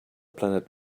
planet